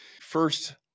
first